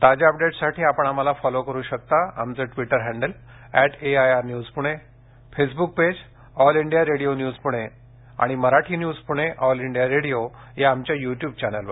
ताज्या अपडेट्ससाठी आपण आम्हाला फॉलो करु शकता आमचं Twitter handle at AIR news Pune Facebook page All India Radio news Pune आणि Marathi news Pune All India Radio या आमच्या युट्युब चॅनेलवर